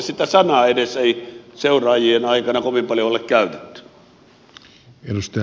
sitä sanaa edes ei seuraajien aikana kovin paljon ole käytetty